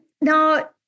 Now